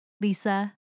Lisa